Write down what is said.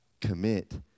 commit